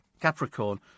Capricorn